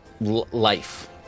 life